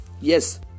Yes